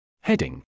Heading